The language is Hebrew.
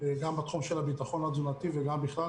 גם בתחום הביטחון התזונתי וגם בכלל,